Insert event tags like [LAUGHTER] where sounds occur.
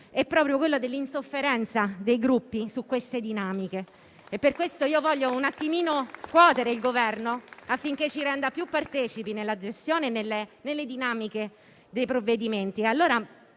è proprio quello dell'insofferenza dei Gruppi rispetto a queste dinamiche. [APPLAUSE] Per questo vorrei scuotere il Governo, affinché ci renda più partecipi nella gestione e nelle dinamiche dei provvedimenti.